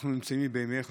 אנחנו נמצאים בימי חנוכה,